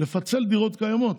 לפצל דירות קיימות.